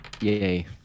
Yay